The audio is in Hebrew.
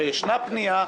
הרי ישנה פנייה,